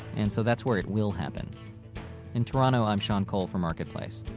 and so that's where it will happen in toronto, i'm sean cole for marketplace